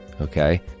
Okay